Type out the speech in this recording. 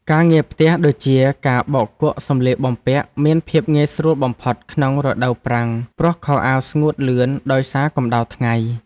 ការងារផ្ទះដូចជាការបោកគក់សម្លៀកបំពាក់មានភាពងាយស្រួលបំផុតក្នុងរដូវប្រាំងព្រោះខោអាវស្ងួតលឿនដោយសារកម្តៅថ្ងៃ។